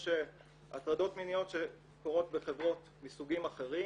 שהטרדות מיניות שקורות בחברות מסוגים אחרים,